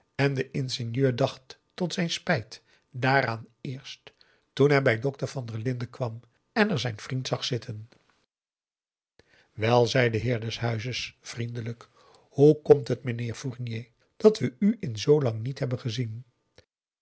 en de ingenieur dacht tot zijn spijt daaraan eerst toen hij bij dokter van der linden kwam en er zijn vriend zag zitten wel zei de heer des huizes vriendelijk hoe komt het meneer fournier dat we u in zoolang niet hebben gezien